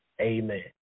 Amen